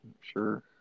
Sure